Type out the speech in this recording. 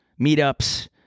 meetups